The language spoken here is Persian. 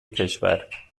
کشور